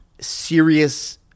serious